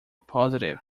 positive